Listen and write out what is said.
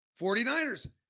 49ers